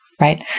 right